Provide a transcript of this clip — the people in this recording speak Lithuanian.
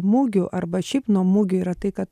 mugių arba šiaip nuo mugių yra tai kad